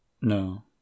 no